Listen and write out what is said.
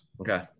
Okay